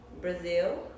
Brazil